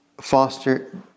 foster